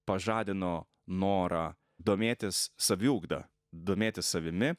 pažadino norą domėtis saviugda domėtis savimi